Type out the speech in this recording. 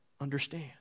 understand